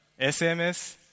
SMS